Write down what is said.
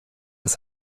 ist